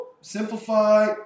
Simplify